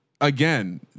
again